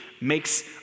makes